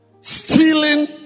Stealing